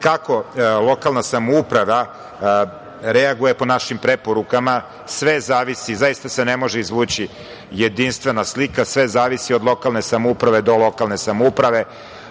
kako lokalna samouprava reaguje po našim preporukama sve zavisi, zaista se ne može izvući jedinstvena slika, od lokalne samouprave do lokalne samouprave.